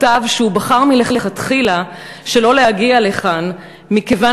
כתב שהוא בחר מלכתחילה שלא להגיע לכאן מכיוון